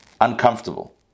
uncomfortable